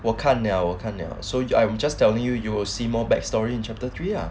我看 liao 我看 so so I'm just telling you you will see more back story in chapter three ah